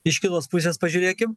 iš kitos pusės pažiūrėkim